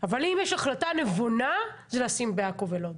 אבל אם יש החלטה נבונה, זה לשים בעכו ולוד.